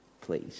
please